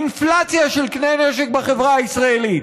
אינפלציה של כלי נשק בחברה הישראלית.